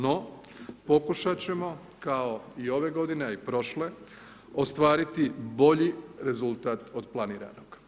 No, pokušati ćemo, kao i ove godine, a i prošle, ostvariti bolji rezultat od planiranog.